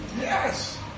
Yes